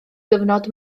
gyfnod